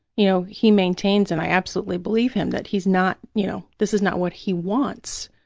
you know, he maintains, and i absolutely believe him, that he's not, you know, this is not what he wants,